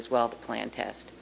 as well the plan test